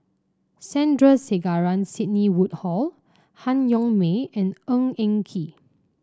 Sandrasegaran Sidney Woodhull Han Yong May and Ng Eng Kee